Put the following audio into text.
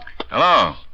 Hello